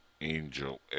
Angel